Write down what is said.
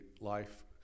life